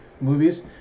movies